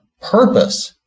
purpose